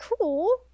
cool